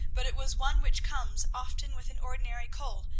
but it was one which comes often with an ordinary cold,